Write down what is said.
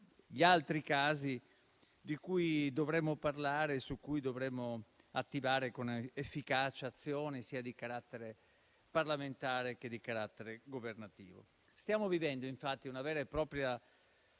gli altri casi di cui dovremmo parlare e su cui ci dovremmo attivare con efficaci azioni sia di carattere parlamentare che di carattere governativo. Stiamo vivendo infatti una vera e propria